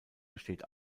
besteht